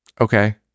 okay